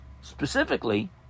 Specifically